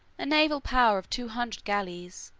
a naval power of two hundred galleys,